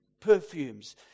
perfumes